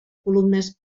columnes